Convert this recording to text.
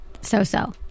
so-so